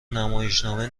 نمایشنامه